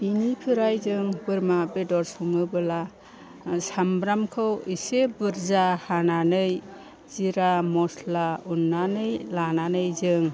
बिनिफ्राय जों बोरमा बेदर सङोब्ला सामब्रामखौ इसे बुरजा हानानै जिरा मस्ला उननानै लानानै जों